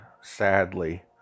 Sadly